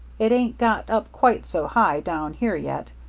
it ain't got up quite so high down here yet,